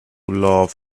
laugh